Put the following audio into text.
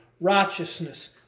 righteousness